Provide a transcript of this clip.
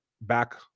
back